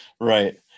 Right